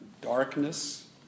darkness